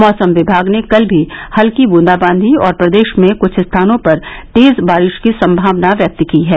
मौसम विभाग ने कल भी हल्की बूंदाबांदी और प्रदेश में कुछ स्थानों पर तेज बारिश की संभावना व्यक्त की है